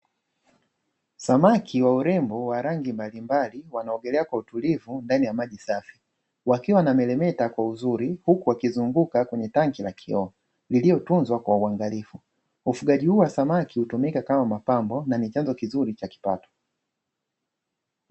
Samaki wa urembo wa rangi mbalimbali wanaogelea kwa utulivu ndani ya maji safi, wakiwa wanameremeta kwa uzuri huku akizungumza kwenye tanki la kioo liliotunzwa kwa uangalifu, ufugaji huo wa samaki hutumika kama mapambo na ni chanzo kizuri cha kipato.